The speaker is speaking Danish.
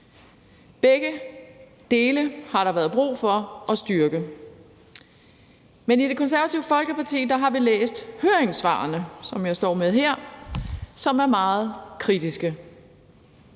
Begge dele har der været brug for at styrke. Men i Det Konservative Folkeparti har vi læst høringssvarene, som jeg står med her, og som er meget kritiske.